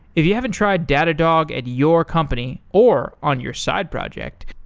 if you haven't tried datadog at your company or on your side project,